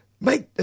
Make